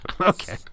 Okay